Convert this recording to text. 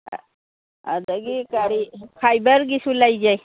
ꯑꯗꯒꯤ ꯀꯔꯤ ꯐꯥꯏꯕꯔꯒꯤꯁꯨ ꯂꯩꯖꯩ